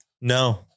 No